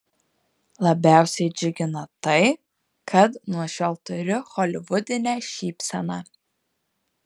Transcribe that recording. labiausiai džiugina tai kad nuo šiol turiu holivudinę šypseną